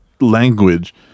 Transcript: language